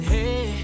Hey